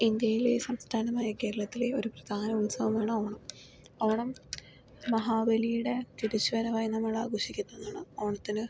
ഇന്ത്യയിലെ സംസ്ഥാനമായ കേരളത്തിലെ ഒരു പ്രധാന ഉത്സവമാണ് ഓണം ഓണം മഹാബലിയുടെ തിരിച്ചു വരവായി നമ്മൾ ആഘോഷിക്കുന്നതാണ് ഓണത്തിന്